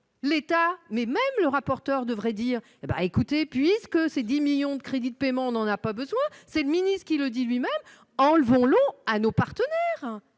L'État, mais même le rapporteur devrait dire hé bah, écoutez, puisque c'est 10 millions de crédits de paiement, on n'en a pas besoin, c'est le ministre qui le dit lui-même, enlevons long à nos partout,